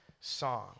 song